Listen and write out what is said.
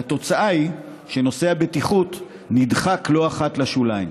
והתוצאה היא שנושא הבטיחות נדחק לא אחת לשוליים.